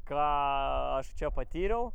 ką aš čia patyriau